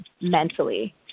mentally